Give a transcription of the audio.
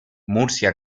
murcia